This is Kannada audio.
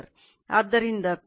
ಆದ್ದರಿಂದ I2 24 ಆಂಪಿಯರ್